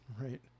right